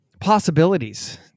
possibilities